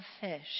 fish